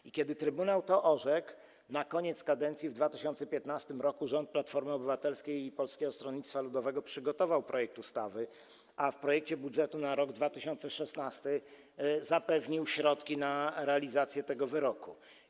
I kiedy trybunał to orzekł na koniec kadencji w 2015 r., rząd Platformy Obywatelskiej i Polskiego Stronnictwa Ludowego przygotował projekt ustawy, a w projekcie budżetu na rok 2016 zapewnił środki na realizację tego wyroku.